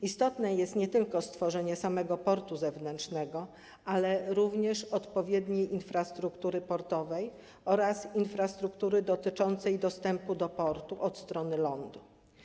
Istotne jest nie tylko stworzenie samego portu zewnętrznego, ale również odpowiedniej infrastruktury portowej oraz infrastruktury związanej z dostępem do portu od strony lądu.